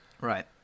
Right